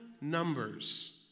numbers